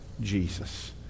Jesus